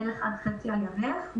בערך עד חצי הירך,